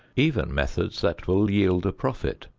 even methods that will yield a profit.